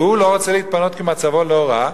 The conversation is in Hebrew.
והוא לא רוצה להתפנות כי מצבו לא רע,